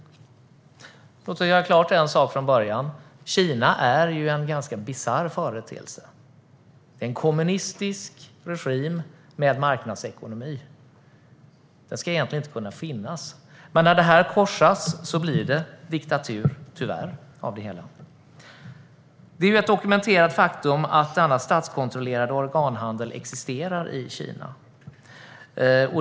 Låt oss göra en sak klar från början: Kina är en ganska bisarr företeelse. Det är en kommunistisk regim med marknadsekonomi. Det ska egentligen inte kunna finnas, men när detta korsas blir det tyvärr diktatur av det hela. Det är ett dokumenterat faktum att denna statskontrollerade organhandel existerar i Kina.